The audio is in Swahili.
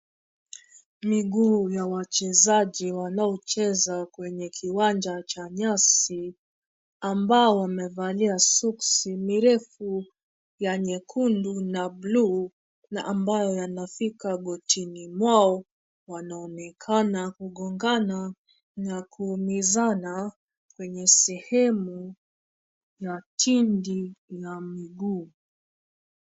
Miguu ya wachezaji wanaocheza kwenye kiwanja cha nyasi ambao wamevalia soksi mirefu ya nyekundu na bluu na ambayo yanafika gotini mwao, wanaonekana kugongana na kuumizana kwenye sehemu ya tindi ya miguu.